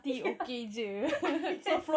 ya yes